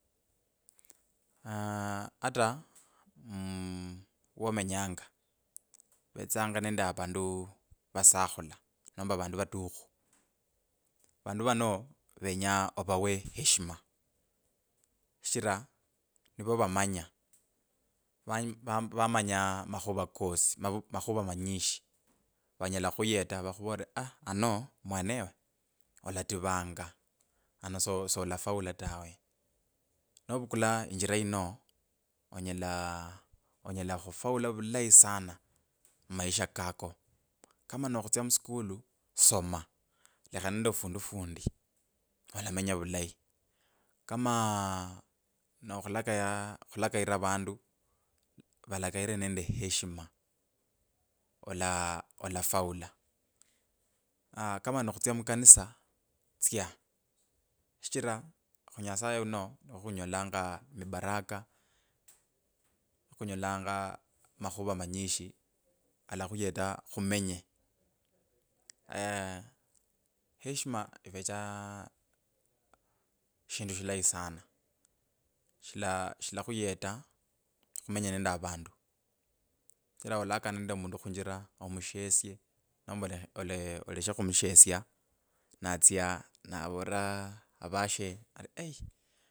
ah ata, mmmmh womenyanga khuvetsanga nende avandu vasakhula nomba vatukhu, vandu vane venyanga ovawe heshima shichira nivo vamanya va- va- vamanya makhuva kosi, mavi makhuva manyishi vanyola khukhuyeta vakhuvolere aaah ano mwanewa olativanga, ano so- solafaulu tawe. Novukula njilira ino, onyela onyela khufaulu vulayi, kama nokhulakaya khulakayira vandu valakaire nende heshima, ola ola faulu, aaah nokhutsya mukanisa tsya shichira khunyasaye niwokhunyolanga mibaraka, khunyolanga makhuva manyishi kalakhuyeta khumenye. h heshima ivechaa shindu shilayi sana shilakhuyeta khumenya nende avandu, shichira alakana nende omundu khunjira omushesye, nomba olekhaleshe khumushesya natsya navolera avashr ari aii.